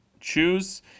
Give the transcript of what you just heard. choose